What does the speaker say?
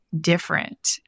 different